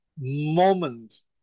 moments